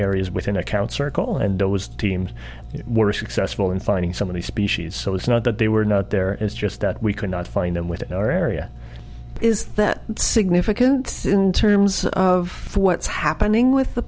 areas within account circle and those teams were successful in finding so many species so it's not that they were not there it's just that we could not find them with our area is that significant terms of what's happening with the